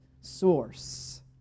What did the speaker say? source